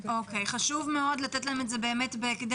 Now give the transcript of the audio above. חשוב מאוד לתת להם את זה בהקדם,